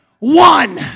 one